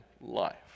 life